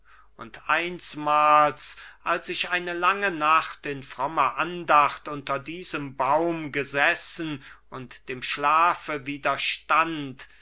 und einsmals als ich eine lange nacht in frommer andacht unter diesem baum gesessen und dem schlafe widerstand